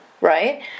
right